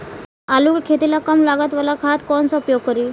आलू के खेती ला कम लागत वाला खाद कौन सा उपयोग करी?